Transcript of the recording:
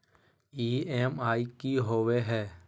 EMI की होवे है?